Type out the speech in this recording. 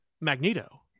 Magneto